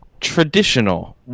traditional